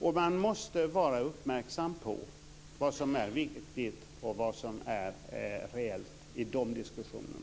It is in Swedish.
Och man måste vara uppmärksam på vad som är viktigt och reellt i dessa diskussioner.